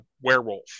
werewolf